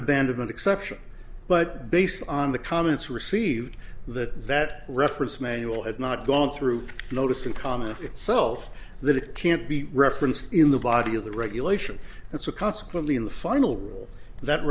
the band of exceptions but based on the comments received the that reference manual had not gone through notice and comment if it sells that it can't be referenced in the body of the regulation and so consequently in the final that